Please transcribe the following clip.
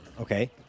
Okay